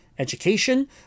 Education